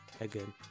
again